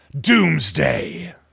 Doomsday